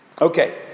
Okay